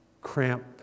cramp